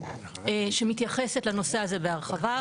שמתייחסת לנושא הזה בהרחבה,